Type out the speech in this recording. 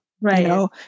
Right